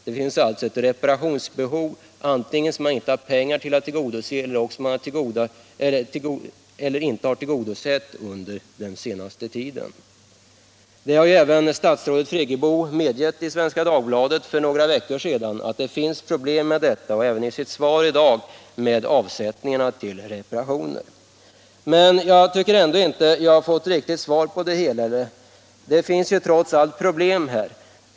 Det finns alltså ett reparationsbehov som man inte har pengar att tillgodose. Detta har även statsrådet Friggebo medgett i Svenska Dagbladet för några veckor sedan. Också i sitt svar i dag säger hon att det finns problem med detta, men jag tycker ändå inte att jag har fått något riktigt svar.